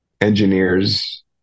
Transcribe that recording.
engineers